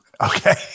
Okay